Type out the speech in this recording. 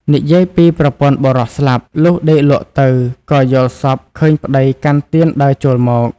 និយាយពីប្រពន្ធបុរសស្លាប់ លុះដេកលក់ទៅ ក៏យល់សប្តិឃើញប្តីកាន់ទៀនដើរចូលមក ។